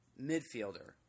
midfielder